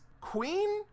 queen